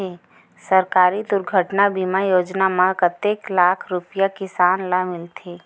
सहकारी दुर्घटना बीमा योजना म कतेक लाख रुपिया किसान ल मिलथे?